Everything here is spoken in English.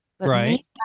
Right